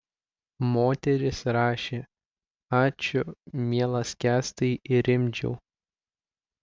moteris rašė ačiū mielas kęstai rimdžiau